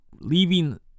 leaving